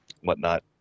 whatnot